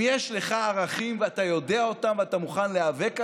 אם יש לך ערכים ואתה יודע אותם ואתה מוכן להיאבק עליהם,